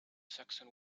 saxon